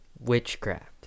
Witchcraft